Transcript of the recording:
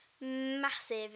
massive